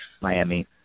Miami